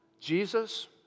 Jesus